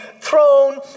throne